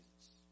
Jesus